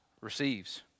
Receives